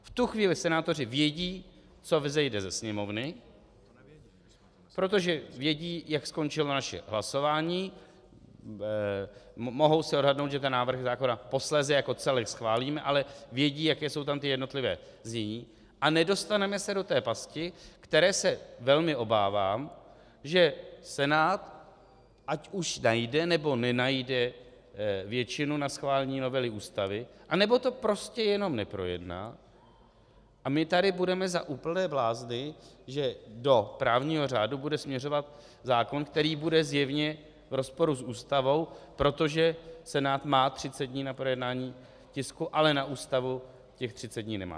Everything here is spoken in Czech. V tu chvíli senátoři vědí, co vzejde ze Sněmovny, protože vědí, jak skončilo naše hlasování, mohou si odhadnout, že ten návrh zákona posléze jako celek schválíme, ale vědí, jaká jsou tam ta jednotlivá znění, a nedostaneme se do té pasti, které se velmi obávám, že Senát, ať už najde, nebo nenajde většinu na schválení novely Ústavy, anebo to prostě jenom neprojedná, a my tady budeme za úplné blázny, že do právního řádu bude směřovat zákon, který bude zjevně v rozporu s Ústavou, protože Senát má 30 dní na projednání tisku, ale na Ústavu těch 30 nemá.